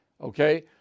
okay